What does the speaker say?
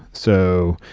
so,